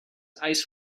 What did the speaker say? ice